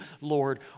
Lord